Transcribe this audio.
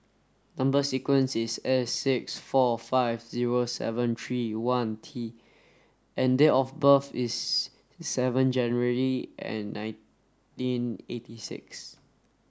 number sequence is S six four five zero seven three one T and date of birth is seven January nineteen eighty six